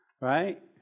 Right